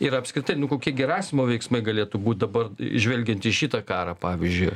ir apskritai nu kokie gerasimo veiksmai galėtų būt dabar žvelgiant į šitą karą pavyzdžiui